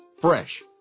Fresh